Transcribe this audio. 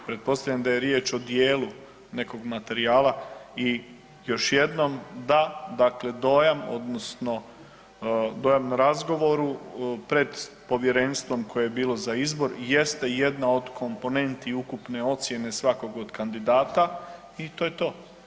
Pretpostavljam da je riječ o dijelu nekog materijala i još jednom da, dakle dojam odnosno dojam na razgovoru pred povjerenstvom koje je bilo za izbor i jeste jedna od komponenti ukupne ocijene svakog od kandidata i to je to.